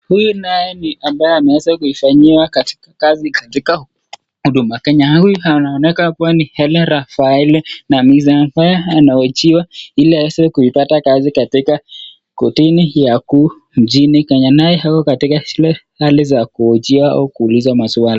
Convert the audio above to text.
Huyu naye ni ambaye ameweza kuifanyia kazi katika Huduma Kenya, huyu inaonekana kuwa ni Helene Rafaela Namisi, anahojiwa ili aweze kuipata kazi katika kotini ya kuu mjini Kenya, naye ako katika zile hali za kuhojiwa au kuulizwa maswali.